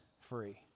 free